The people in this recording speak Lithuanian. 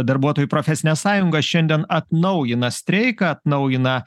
darbuotojų profesinė sąjunga šiandien atnaujina streiką atnaujina